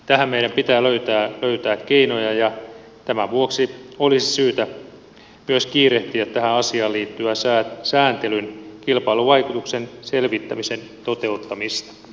tähän meidän pitää löytää keinoja ja tämän vuoksi olisi syytä myös kiirehtiä tähän asiaan liittyvän sääntelyn kilpailuvaikutuksen selvittämisen toteuttamista